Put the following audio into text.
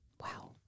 Wow